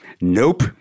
Nope